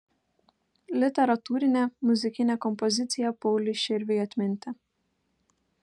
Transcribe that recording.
literatūrinė muzikinė kompozicija pauliui širviui atminti